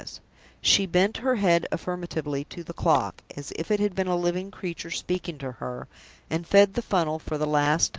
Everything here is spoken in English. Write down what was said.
she bent her head affirmatively to the clock, as if it had been a living creature speaking to her and fed the funnel for the last time,